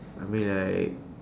I mean like